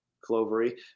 clovery